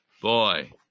boy